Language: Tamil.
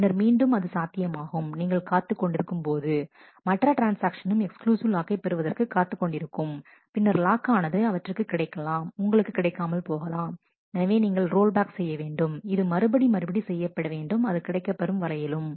பின்னர் மீண்டும் அது சாத்தியமாகும் நீங்கள் காத்துக் கொண்டிருக்கும் போது மற்ற ட்ரான்ஸ்ஆக்ஷனும் எக்ஸ்க்ளூசிவ் லாக்கை பெறுவதற்கு காத்துக் கொண்டிருக்கும் பின்னர் லாக் ஆனது அவற்றிற்கு கிடைக்கலாம் உங்களுக்குக் கிடைக்காமல் போகலாம் எனவே நீங்கள் ரோல்பேக் செய்ய வேண்டும் இது மறுபடி மறுபடி செய்யப்பட வேண்டும் அது கிடைக்கப் பெறும் வரையிலும்